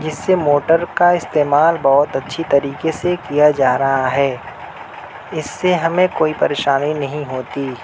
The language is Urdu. جس سے موٹر کا استعمال بہت اچھی طریقے سے کیا جا رہا ہے اس سے ہمیں کوئی پریشانی نہیں ہوتی